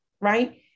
right